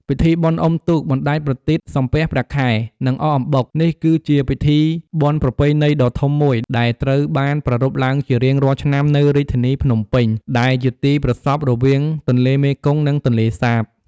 ពិធីបុណ្យអុំទូក បណ្ដែតប្រទីប សំពះព្រះខែ និងអកអំបុក នេះគឺជាពិធីបុណ្យប្រពៃណីដ៏ធំមួយដែលត្រូវបានប្រារព្ធឡើងជារៀងរាល់ឆ្នាំនៅរាជធានីភ្នំពេញ ដែលជាទីប្រសព្វរវាងទន្លេមេគង្គនិងទន្លេសាទ។